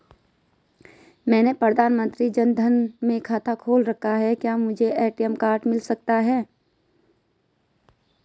मैंने प्रधानमंत्री जन धन में खाता खोल रखा है क्या मुझे ए.टी.एम कार्ड मिल सकता है?